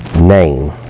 name